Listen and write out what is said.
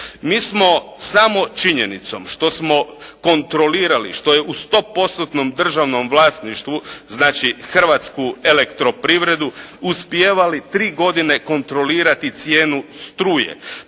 Mi smo samom činjenicom što smo kontrolirali što je u stopostotnom državnom vlasništvu, znači Hrvatsku elektroprivredu uspijevali tri godine kontrolirati cijenu struje.